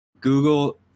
google